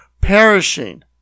perishing